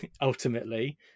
ultimately